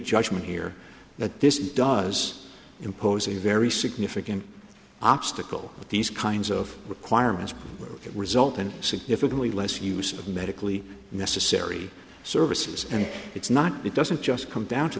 judgment here that this does impose a very significant obstacle of these kinds of requirements that result in significantly less use of medically necessary services and it's not it doesn't just come down to